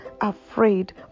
afraid